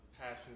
passion